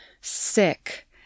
sick